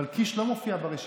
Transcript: אבל קיש לא מופיע ברשימה.